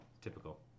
typical